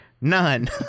None